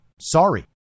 Sorry